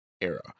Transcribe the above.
era